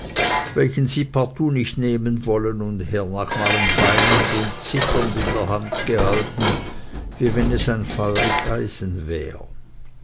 welchen sie partout nicht nemen wollen und hernachmalen weinend und zitternd in der hand gehalten wie wenn es ein feurig eisen wär